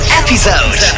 episode